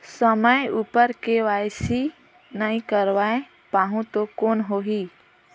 समय उपर के.वाई.सी नइ करवाय पाहुं तो कौन होही?